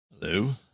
hello